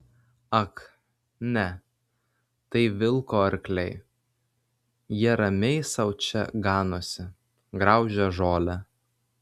ak ne tai vilko arkliai jie ramiai sau čia ganosi graužia žolę